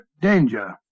danger